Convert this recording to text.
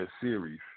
series